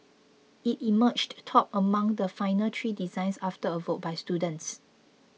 it emerged top among the final three designs after a vote by students